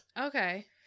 Okay